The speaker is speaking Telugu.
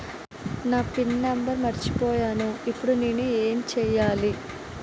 నా పిన్ నంబర్ మర్చిపోయాను ఇప్పుడు నేను ఎంచేయాలి?